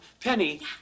Penny